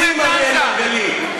הכנסת אראל מרגלית.